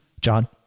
John